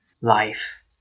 life